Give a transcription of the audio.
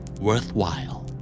Worthwhile